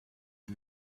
est